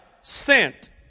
sent